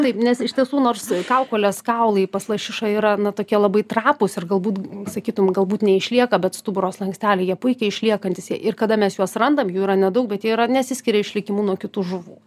taip nes iš tiesų nors kaukolės kaulai pas lašišą yra na tokie labai trapūs ir galbūt sakytum galbūt neišlieka bet stuburo slanksteliai jie puikiai išliekantys jie ir kada mes juos randam jų yra nedaug bet jie yra nesiskiria išlikimu nuo kitų žuvų